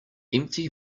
empty